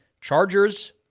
Chargers